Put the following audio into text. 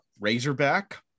Razorback